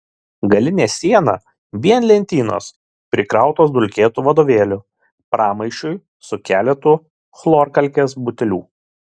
galinė siena vien lentynos prikrautos dulkėtų vadovėlių pramaišiui su keletu chlorkalkės butelių